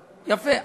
יפה.